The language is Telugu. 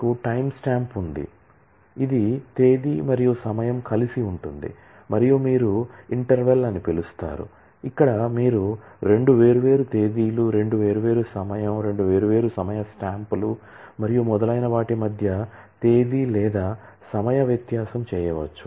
మీకు టైమ్స్టాంప్ ఉంది ఇది తేదీ మరియు సమయం కలిసి ఉంటుంది మరియు మీరు ఇంటర్వెల్ అని పిలుస్తారు ఇక్కడ మీరు రెండు వేర్వేరు తేదీలు రెండు వేర్వేరు సమయం రెండు వేర్వేరు సమయ స్టాంపులు మరియు మొదలైన వాటి మధ్య తేదీ లేదా సమయ వ్యత్యాసం చేయవచ్చు